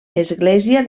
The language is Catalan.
església